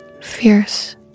fierce